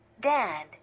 Dad